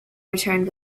returned